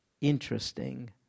interesting